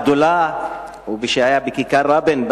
הגדולה שהיתה בכיכר-רבין,